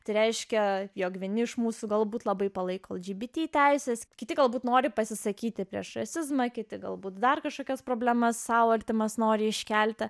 tai reiškia jog vieni iš mūsų galbūt labai palaiko lgbt teises kiti galbūt nori pasisakyti prieš rasizmą kiti galbūt dar kažkokias problemas sau artimas nori iškelti